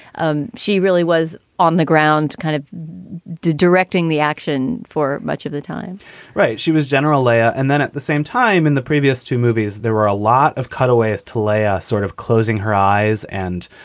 um she really was on the ground kind of directing the action for much of the time right. she was general laya. and then at the same time in the previous two movies, there were a lot of cutaways to leah sort of closing her eyes and